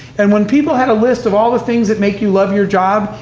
and when people had a list of all the things that make you love your job,